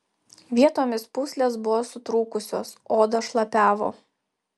vietomis pūslės buvo sutrūkusios oda šlapiavo